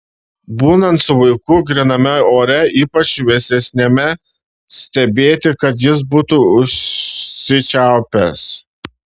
būnant su vaiku gryname ore ypač vėsesniame stebėti kad jis būtų užsičiaupęs